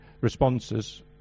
responses